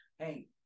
Hey